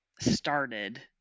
started